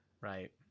Right